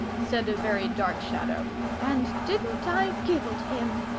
said a very dark shadow and didn't i give it him!